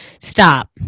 stop